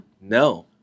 No